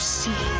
see